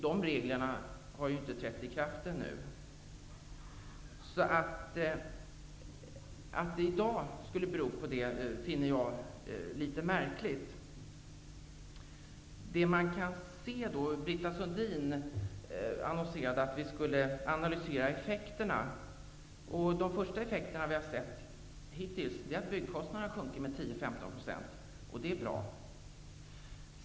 De reglerna har inte trätt i kraft ännu, så det är litet märkligt att boendekostnaderna skulle ha ökat beroende på dem. Britta Sundin annonserade att vi skulle analysera effekterna. De effekter som vi hittills har sett är att byggkostnaderna har sjunkit med 10--15 %, och det är bra.